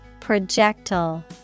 Projectile